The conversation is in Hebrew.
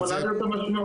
זו יכולה להיות המשמעות.